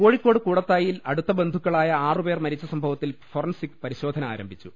കോഴിക്കോട് കൂടത്തായിൽ അടുത്തബന്ധുക്കളായ ആറുപേർ മരിച്ച സംഭവത്തിൽ ഫോറൻസിക് പരിശോധന ആരംഭിച്ചു